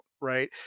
right